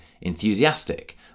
enthusiastic